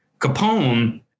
Capone